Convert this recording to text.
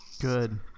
Good